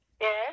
Yes